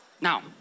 Now